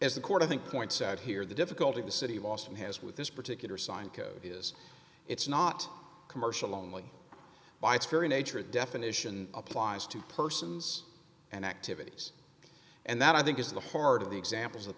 court i think points out here the difficulty the city of austin has with this particular sign code is it's not commercial only by its very nature definition applies to persons and activities and that i think is the heart of the examples that